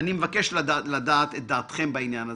מבקש לדעת את דעתכם בעניין הזה.